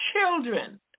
children